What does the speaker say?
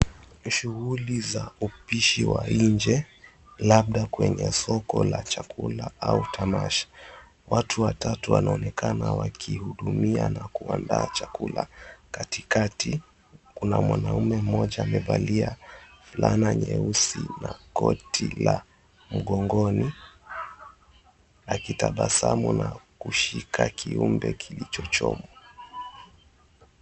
Shughuli za upishi wa njee labda katika soko la chakula au tamasha. Watu watatu wanaonekana wakihudumia na kuandaa chakula. Katikati kuna mwanaume mmoja amevalia fulana nyeusi na koti la mgongoni akitabasamu na kushika kiumbe kilichochongwa.